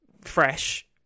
fresh